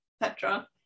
Petra